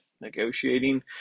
negotiating